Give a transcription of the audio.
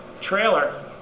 trailer